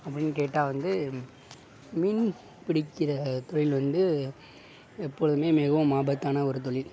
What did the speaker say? அப்படின் கேட்டால் வந்து மீன் பிடிக்கிற தொழில் வந்து எப்பொழுதுமே மிகவும் ஆபத்தான ஒரு தொழில்